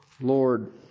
Lord